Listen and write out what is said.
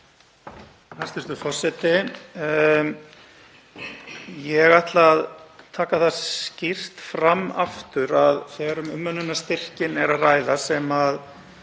Hæstv. forseti. Ég ætla að taka það skýrt fram aftur að þegar um umönnunarstyrkinn er að ræða, sem er